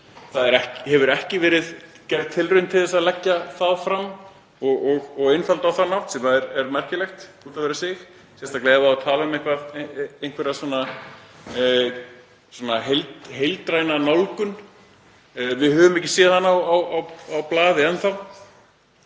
Það hefur ekki verið gerð tilraun til að leggja það fram og einfalda hlutina á þann hátt sem er merkilegt út af fyrir sig, sérstaklega ef það á að tala um einhverja heildræna nálgun. Við höfum ekki séð hana á blaði enn þá.